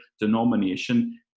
denomination